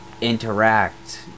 Interact